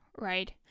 Right